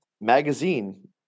magazine